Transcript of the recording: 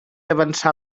avançar